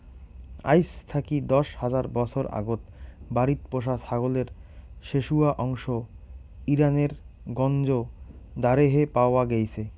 আইজ থাকি দশ হাজার বছর আগত বাড়িত পোষা ছাগলের শেশুয়া অংশ ইরানের গঞ্জ দারেহে পাওয়া গেইচে